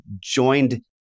joined